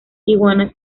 iguana